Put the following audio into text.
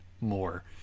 more